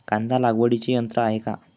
कांदा लागवडीचे यंत्र आहे का?